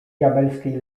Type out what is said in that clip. diabelskiej